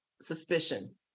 suspicion